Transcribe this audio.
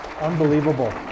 Unbelievable